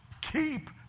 keep